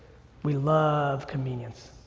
we love convenience.